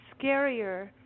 scarier